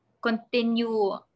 continue